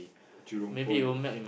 Jurong-Point